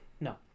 No